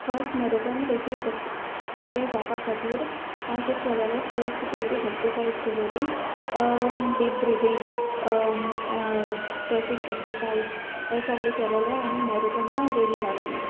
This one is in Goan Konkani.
फर्स्ट मॅरेथोन रेसी प्रॅक्टी प्रिपेर जावपा खातीर हांयें कितें केलोलें फस्ट बेसीक एक्सरसायज केलोली डीप ब्रिदिंग स्ट्रेचिंग एक्सरसायज हें सोगलें केलोलें आनी मेरेथोना रेडी जालोलें